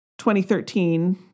2013